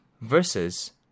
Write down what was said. versus